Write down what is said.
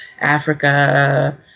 Africa